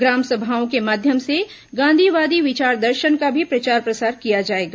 ग्राम सभाओं के माध्यम से गांधीवादी विचार दर्शन का भी प्रचार प्रसार किया जाएगा